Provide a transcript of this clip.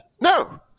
No